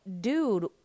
dude